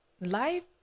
life